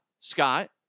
Scott